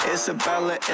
Isabella